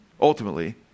Ultimately